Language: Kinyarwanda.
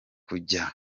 kujya